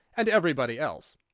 and everybody else.